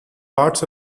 parts